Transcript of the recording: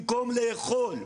במקום לאכול.